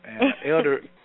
Elder